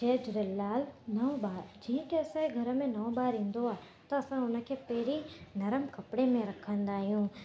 जय झूलेलाल नओं ॿारु जीअं की असांजे घर में नओं ॿारु ईंदो आहे त असां उन खे पहिरीं नरमु कपिड़े में रखंदा आहियूं